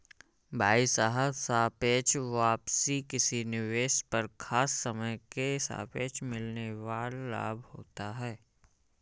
भाई साहब सापेक्ष वापसी किसी निवेश पर खास समय के सापेक्ष मिलने वाल लाभ होता है